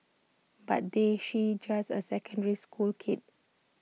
but they she's just A secondary school kid